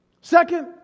Second